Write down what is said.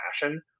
fashion